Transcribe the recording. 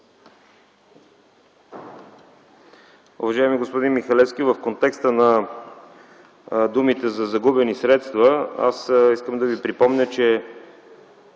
Уважаеми господин Михалевски, в контекста на думите за загубени средства искам да Ви припомня, че